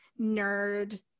nerd